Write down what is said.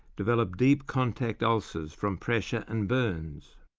develop deep contact ulcers from pressure and burns.